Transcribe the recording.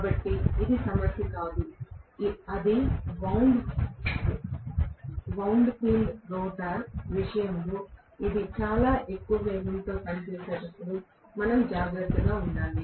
కాబట్టి ఇది సమస్య కాదు అయితే వౌండ్ ఫీల్డ్ రోటర్ విషయంలో ఇది చాలా ఎక్కువ వేగంతో పనిచేసేటప్పుడు మనం జాగ్రత్తగా ఉండాలి